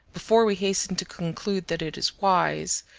before we hasten to conclude that it is wise,